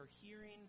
hearing